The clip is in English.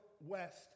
West